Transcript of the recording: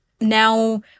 now